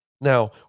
Now